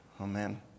Amen